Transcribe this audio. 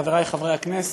חברי חברי הכנסת,